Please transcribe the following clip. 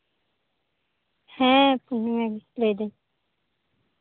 ᱦᱮᱸ ᱠᱟᱹᱢᱤᱭᱤᱧ ᱞᱟᱹᱭ ᱫᱟᱹᱧ